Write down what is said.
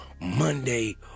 Monday